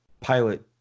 pilot